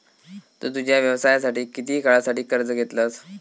तु तुझ्या व्यवसायासाठी किती काळासाठी कर्ज घेतलंस?